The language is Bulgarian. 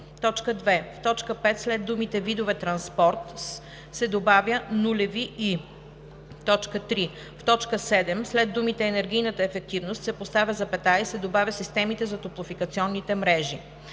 4“. 2. В т. 5 след думите „видове транспорт с“ се добавя „нулеви и“. 3. В т. 7 след думите „енергийната ефективност“ се поставя запетая и се добавя „системите за топлофикационните мрежи“.